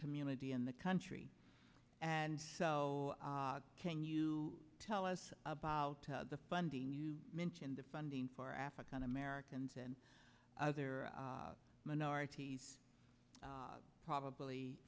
community in the country and so can you tell us about the funding you mentioned the funding for african americans and other minorities probably